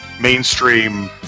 mainstream